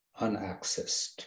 unaccessed